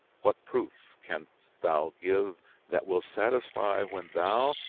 what proof canst thou give that will satisfy when thou,